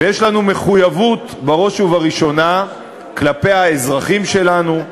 ויש לנו מחויבות בראש ובראשונה כלפי האזרחים שלנו,